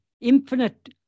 infinite